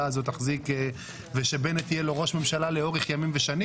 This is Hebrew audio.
הזאת תחזיק ושבנט יהיה לראש הממשלה לאורך ימים ושנים.